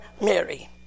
Mary